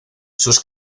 sus